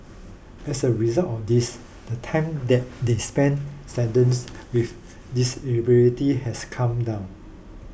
as a result of this the time that they spend saddled with disabilities has come down